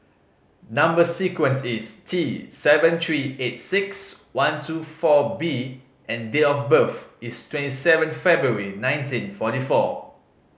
number sequence is T seven three eight six one two four B and date of birth is twenty seven February nineteen forty four